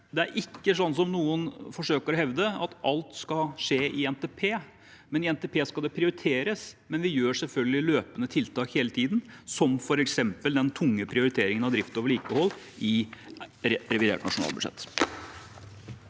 Det er ikke slik som noen forsøker å hevde, at alt skal skje i forbindelse med NTP. I NTP-en skal det prioriteres, men vi gjør selvfølgelig tiltak hele tiden, som f.eks. den tunge prioriteringen av drift og vedlikehold i revidert nasjonalbudsjett.